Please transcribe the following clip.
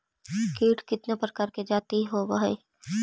कीट कीतने प्रकार के जाती होबहय?